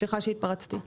סליחה שהתפרצתי.